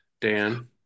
Dan